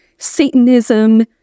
Satanism